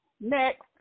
Next